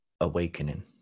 awakening